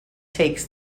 takes